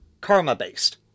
Karma-based